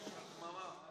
דממה.